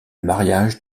mariage